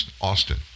Austin